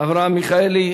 אברהם מיכאלי.